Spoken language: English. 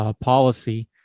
Policy